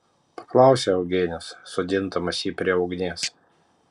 paklausė eugenijus sodindamas jį prie ugnies